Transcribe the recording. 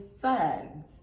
sons